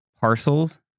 parcels